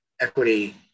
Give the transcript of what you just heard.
equity